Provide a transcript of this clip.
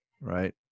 right